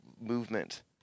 movement